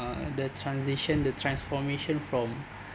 uh the transition the transformation from